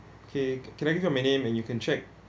okay can I give you my name and you can check